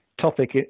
topic